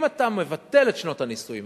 אם אתה מוריד את שנות הנישואים,